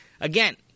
again